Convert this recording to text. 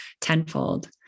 tenfold